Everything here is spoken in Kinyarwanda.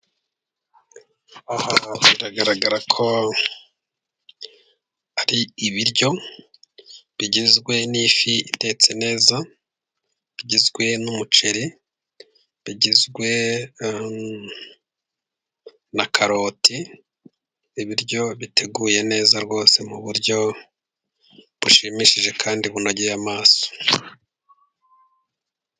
Aha biragaragara ko ari ibiryo bigizwe n'ifi itetse neza igizwe n'umuceri, bigizwe na karoti ibiryo biteguye neza rwose mu buryo bushimishije kandi bunogeye amaso.